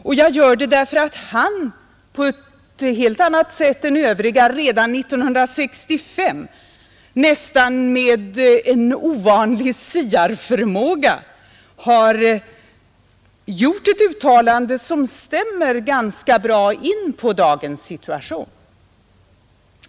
Och jag gör det, därför att han på ett helt annat sätt än andra redan 1965, man kan nästan säga med en ovanlig siarförmåga, gjorde ett uttalande som stämmer ganska bra in på dagens situation.